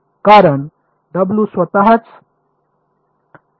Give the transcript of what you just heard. कारण स्वतःच त्या बाहेर 0 आहे